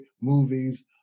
movies